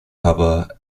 cover